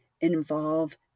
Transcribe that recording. involve